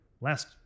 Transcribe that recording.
last